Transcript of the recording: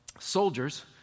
soldiers